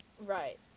Right